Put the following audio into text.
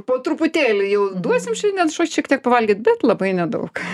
po truputėlį jau duosim šiandien ša šiek tiek pavalgyt bet labai nedaug